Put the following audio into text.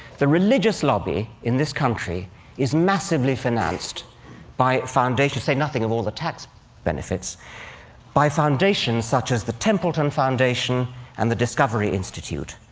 the religious lobby in this country is massively financed by foundations to say nothing of all the tax benefits by foundations, such as the templeton foundation and the discovery institute.